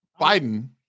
Biden